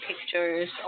pictures